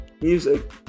music